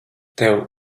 tev